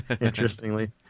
interestingly